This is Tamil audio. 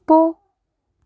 போ